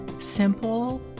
simple